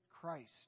Christ